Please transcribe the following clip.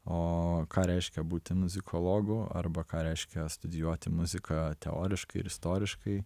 o ką reiškia būti muzikologu arba ką reiškia studijuoti muziką teoriškai ir istoriškai